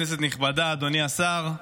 כנסת נכבדה, אדוני השר,